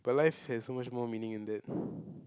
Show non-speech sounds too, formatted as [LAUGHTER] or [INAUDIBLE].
but life has so much more meaning in that [BREATH]